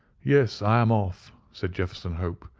yes, i am off, said jefferson hope,